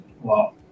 Wow